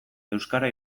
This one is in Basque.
euskara